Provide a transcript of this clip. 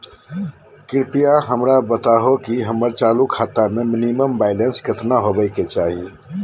कृपया हमरा बताहो कि हमर चालू खाता मे मिनिमम बैलेंस केतना होबे के चाही